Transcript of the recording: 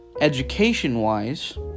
education-wise